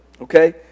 Okay